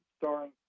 starring